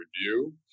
review